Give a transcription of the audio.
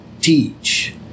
teach